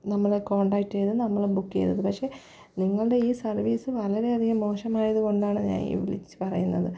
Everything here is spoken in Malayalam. നമ്മൾ കോണ്ടാക്റ്റ് ചെയ്തു നമ്മൾ ബുക്ക് ചെയ്തു പക്ഷെ നിങ്ങളുടെ ഈ സർവീസ് വളരെയധികം മോശമായതുകൊണ്ടാണ് ഞാൻ വിളിച്ചു പറയുന്നത്